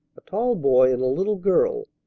a tall boy and a little girl,